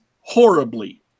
horribly